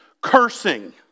cursing